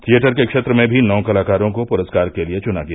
theatre के क्षेत्र में भी नौ कलाकारों को पुरस्कार के लिए चुना गया